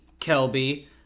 Kelby